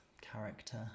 character